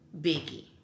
Biggie